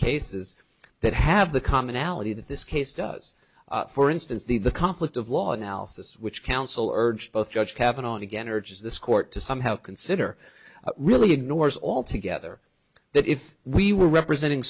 cases that have the commonality that this case does for instance the the conflict of law analysis which counsel urged both judge happened on again or just this court to somehow consider really ignores all together that if we were representing